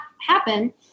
happen